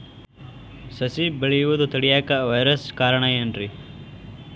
ಸಸಿ ಬೆಳೆಯುದ ತಡಿಯಾಕ ವೈರಸ್ ಕಾರಣ ಏನ್ರಿ?